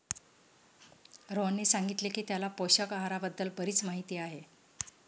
रोहनने सांगितले की त्याला पोषक आहाराबद्दल बरीच माहिती आहे